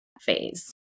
phase